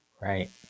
Right